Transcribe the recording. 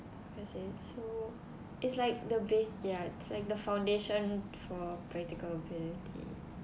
let's say so it's like the base yeah it's like the foundation for practical ability